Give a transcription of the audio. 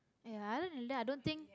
ya other than that I don't think